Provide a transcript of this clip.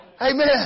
Amen